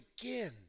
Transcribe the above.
again